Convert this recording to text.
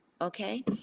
okay